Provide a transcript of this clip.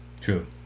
true